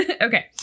Okay